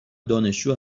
دانشجو